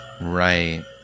right